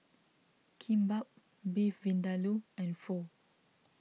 Kimbap Beef Vindaloo and Pho